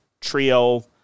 trio